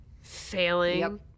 failing